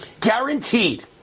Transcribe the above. Guaranteed